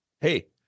hey